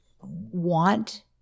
want